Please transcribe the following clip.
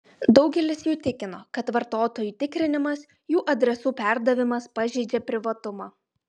daugelis jų tikino kad vartotojų tikrinimas jų adresų perdavimas pažeidžia privatumą